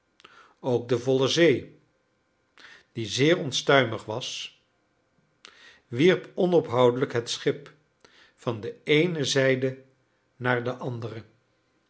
ook de volle zee die zeer onstuimig was wierp onophoudelijk het schip van de eene zijde naar de andere